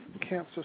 cancer